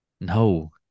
No